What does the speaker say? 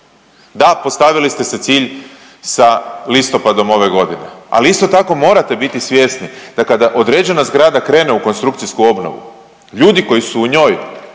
da postavili ste si cilj sa listopadom ove godine, ali isto tako morate biti svjesni da kada određena zgrada krene u konstrukcijsku obnovu, ljudi koji su u njoj,